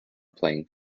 playing